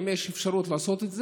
האם יש אפשרות לעשות את זה?